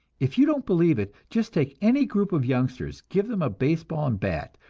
if you don't believe it, just take any group of youngsters, give them a baseball and bat,